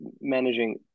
managing